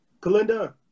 Kalinda